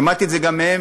שמעתי את זה גם מהם,